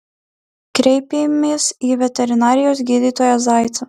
kreipėmės į veterinarijos gydytoją zaicą